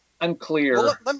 unclear